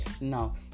Now